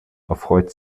erfreut